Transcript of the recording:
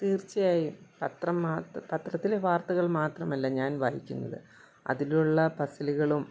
തീർച്ചയായും പത്രം പത്രത്തിലെ വാർത്തകൾ മാത്രമല്ല ഞാൻ വായിക്കുന്നത് അതിലുള്ള പസ്സിലുകളും